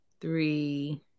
three